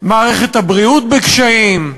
מערכת הבריאות בקשיים,